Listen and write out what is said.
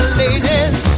ladies